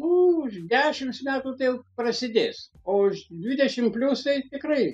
už dešimts metų tai jau prasidės o už dvidešimt plius tai tikrai